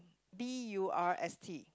B U R S T